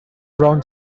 round